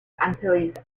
antilles